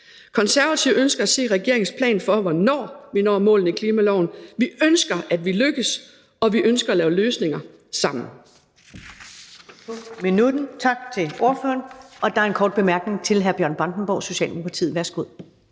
Konservative ønsker at se regeringens plan for, hvornår vi når målene i klimaloven. Vi ønsker, at vi lykkes med det, og vi ønsker at lave løsninger sammen.